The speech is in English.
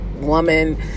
woman